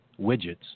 widgets